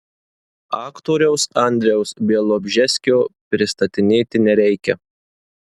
aktoriaus andriaus bialobžeskio pristatinėti nereikia